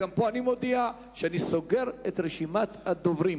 גם פה אני מודיע שאני סוגר את רשימת הדוברים.